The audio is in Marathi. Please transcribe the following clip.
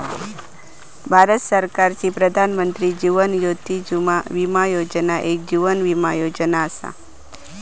भारत सरकारची प्रधानमंत्री जीवन ज्योती विमा योजना एक जीवन विमा योजना असा